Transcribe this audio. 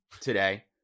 today